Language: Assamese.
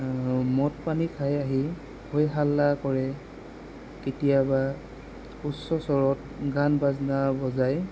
মদ পানী খাই আহি হৈ হাল্লা কৰে কেতিয়াবা উচ্চ স্বৰত গান বাজনা বজায়